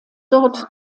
dort